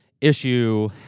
issue